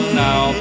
now